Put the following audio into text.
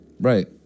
Right